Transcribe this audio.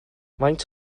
faint